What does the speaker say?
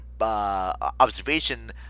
observation